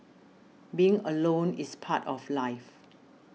being alone is part of life